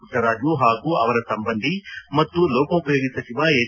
ಪುಟ್ಟರಾಜು ಹಾಗೂ ಅವರ ಸಂಬಂಧಿ ಮತ್ತು ಲೋಕೋಪಯೋಗಿ ಸಚಿವ ಎಚ್